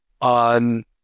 on